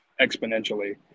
exponentially